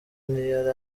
ntiyari